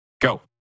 Go